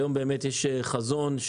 היום יש חזון.